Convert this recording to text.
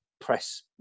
press